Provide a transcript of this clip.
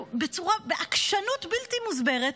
בעקשנות בלתי מוסברת,